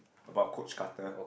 about Coach-Carter